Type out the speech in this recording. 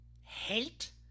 hate